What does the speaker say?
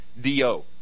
D-O